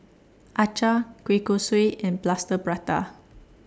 Acar Kueh Kosui and Plaster Prata